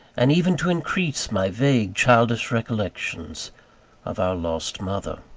and even to increase, my vague, childish recollections of our lost mother.